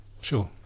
sure